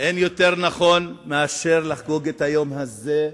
שאין יותר נכון מאשר לחגוג את היום הזה,